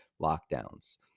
lockdowns